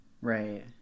Right